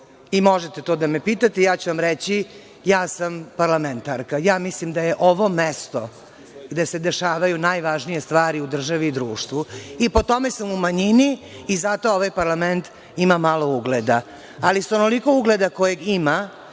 Možete to da me pitate i ja ću vam reći – ja sam parlamentarka. Mislim da je ovo mesto gde se dešavaju najvažnije stvari u državi i društvu. Po tome sam u manjini i zato ovaj parlament ima malo ugleda. Ali, sa onoliko ugleda kojeg ima,